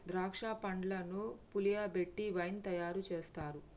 ద్రాక్ష పండ్లను పులియబెట్టి వైన్ తయారు చేస్తారు